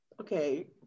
Okay